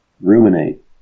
ruminate